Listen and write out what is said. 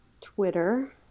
Twitter